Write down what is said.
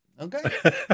okay